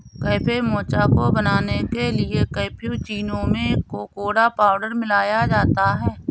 cafe mocha को बनाने के लिए कैप्युचीनो में कोकोडा पाउडर मिलाया जाता है